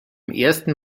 ersten